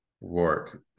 work